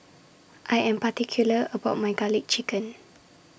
I Am particular about My Garlic Chicken